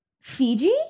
Fiji